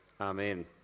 Amen